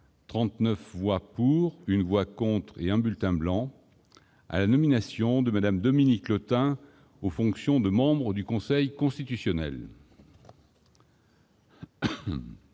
39 voix pour, 1 voix contre et 1 bulletin blanc -à la nomination de Mme Dominique Lottin aux fonctions de membre du Conseil constitutionnel.